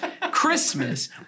Christmas